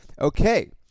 Okay